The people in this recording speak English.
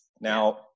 Now